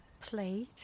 plate